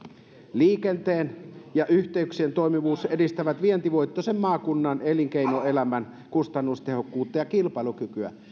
liikenteen ja yhteyksien toimivuus edistää vientivoittoisen maakunnan elinkeinoelämän kustannustehokkuutta ja kilpailukykyä